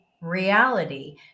reality